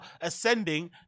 ascending